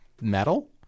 Metal